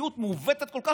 מציאות מעוותת כל כך,